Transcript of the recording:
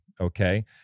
okay